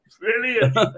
Brilliant